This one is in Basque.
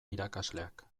irakasleak